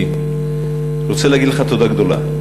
אני רוצה להגיד לך תודה גדולה.